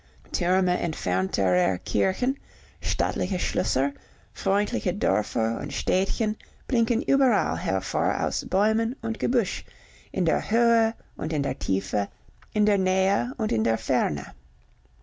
türme entfernterer kirchen stattliche schlösser freundliche dörfer und städtchen blinken überall hervor aus bäumen und gebüsch in der höhe und in der tiefe in der nähe und in der ferne